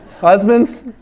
husbands